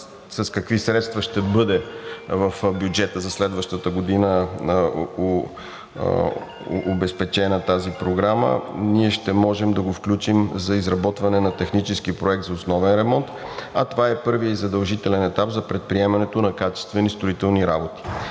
с какви средства ще бъде обезпечена тази програма в бюджета за следващата година ние ще можем да го включим за изработване на технически проект за основен ремонт, а това е първият и задължителен етап за предприемането на качествени строителни работи.